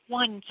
one